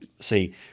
see